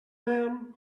man